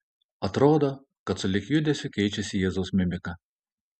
atrodo kad sulig judesiu keičiasi jėzaus mimika